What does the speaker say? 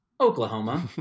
Oklahoma